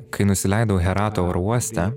kai nusileidau herato oro uoste